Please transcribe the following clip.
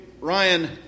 Ryan